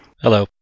Hello